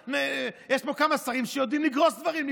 יש פה כמה שרים שיודעים לגרוס דברים.